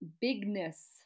bigness